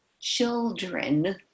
children